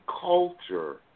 culture